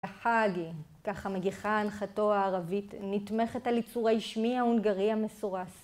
החג ככה מגיחה ההנחתו הערבית נתמכת על יצורי שמי ההונגרי המסורס.